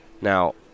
Now